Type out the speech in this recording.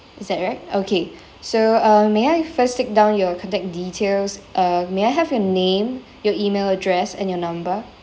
is that right okay so uh may I first take down your contact details uh may I have your name your email address and your number